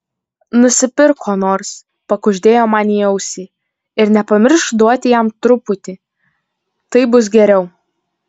nusipirk ko nors pakuždėjo man į ausį ir nepamiršk duoti jam truputį taip bus geriau